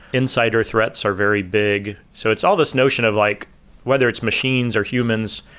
insider threats are very big. so it's all this notion of like whether it's machines or humans,